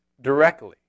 directly